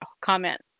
comment